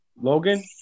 Logan